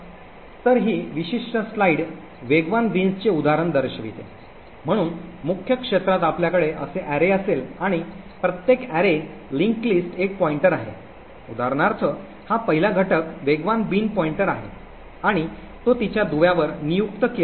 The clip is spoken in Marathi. तर ही विशिष्ट स्लाइड वेगवान बीन्सचे उदाहरण दर्शविते म्हणून मुख्य क्षेत्रात आपल्याकडे असे अॅरे असेल आणि प्रत्येक अॅरे दुवा यादीसाठी एक पॉईंटर आहे उदाहरणार्थ हा पहिला घटक वेगवान बिन पॉईंटर आहे आणि तो तिच्या दुव्यावर नियुक्त केला गेला आहे